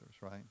right